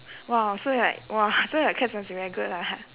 !wow! so like !wah! so your acads must be very good lah